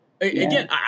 again